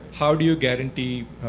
how do you guarantee